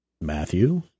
Matthew